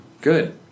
good